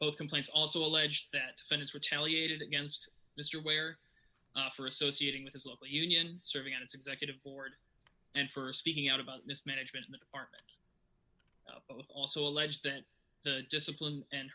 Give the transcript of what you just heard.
of complaints also alleged that his retaliated against mr ware for associating with his local union serving on its executive board and for speaking out about mismanagement in the department also alleged that the discipline and